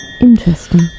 interesting